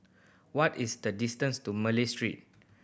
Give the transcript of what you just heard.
what is the distance to Malay Street